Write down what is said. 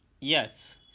Yes